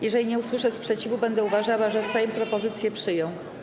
Jeżeli nie usłyszę sprzeciwu, będę uważała, że Sejm propozycje przyjął.